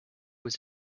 was